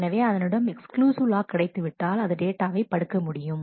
எனவே அதனிடம் exclusive lock கிடைத்துவிட்டால் அது டேட்டாவை படிக்க முடியும்